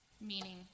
meaning